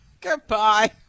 Goodbye